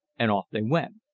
and off they went.